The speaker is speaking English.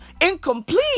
incomplete